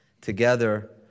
together